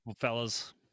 fellas